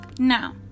Now